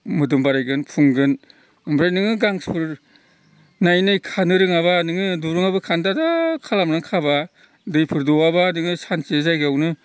मोदोम बारायगोन फुंगोन ओमफ्राय नोङो गांसोफोर नायै नायै खानो रोङाब्ला नोङो दुरुंआबो खानदादा खालामनानै खाब्ला दैफोर दौआब्ला नोङो सानसे जायगायावनो